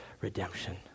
redemption